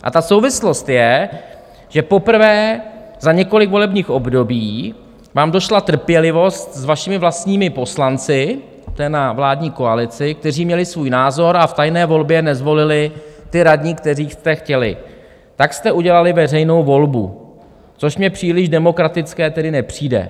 A ta souvislost je, že poprvé za několik volebních období vám došla trpělivost s vašimi vlastními poslanci, to je na vládní koalici, kteří měli svůj názor a v tajné volbě nezvolili ty radní, které jste chtěli, tak jste udělali veřejnou volbu, což mně příliš demokratické tedy nepřijde.